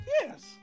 Yes